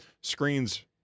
screens